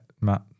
Matt